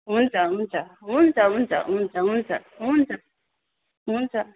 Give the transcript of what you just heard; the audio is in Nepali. हुन्छ हुन्छ हुन्छ हुन्छ हुन्छ हुन्छ हुन्छ हुन्छ